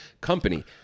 Company